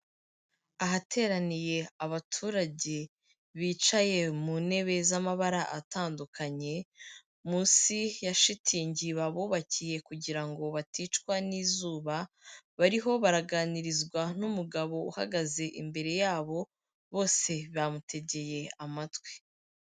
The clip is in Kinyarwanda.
Ahateraniye abaturage bicaye mu ntebe z'amabara atandukanye munsi ya shitingi babubakiye kugira ngo baticwa n'izuba, bariho baraganirizwa numugabo uhagaze imbere yabo bose bamutegeye amatwi.